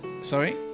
Sorry